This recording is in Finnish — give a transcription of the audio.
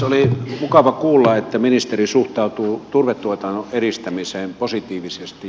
oli mukava kuulla että ministeri suhtautuu turvetuotannon edistämiseen positiivisesti